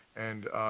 and,